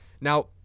now